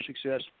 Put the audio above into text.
success